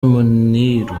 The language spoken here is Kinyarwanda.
muniru